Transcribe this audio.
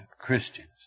Christians